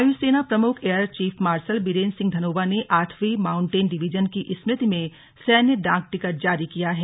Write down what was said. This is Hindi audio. वायुसेना प्रमुख air chief marshal Birender Singh Dhanoa ने आठवीं माउंटेन डिवीजन की स्मृति में सैन्य डाक टिकट जारी किया है